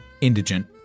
indigent